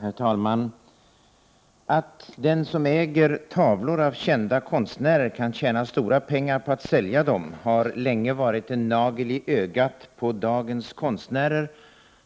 Herr talman! Att den som äger tavlor av kända konstnärer kan tjäna stora pengar på att sälja dem har länge varit en nagel i ögat på dagens konstnärer,